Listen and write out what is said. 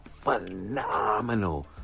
phenomenal